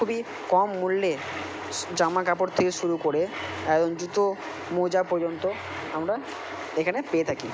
খুবই কম মূল্যে স্ জামা কাপড় থেকে শুরু করে একদম জুতো মোজা পর্যন্ত আমরা এখানে পেয়ে থাকি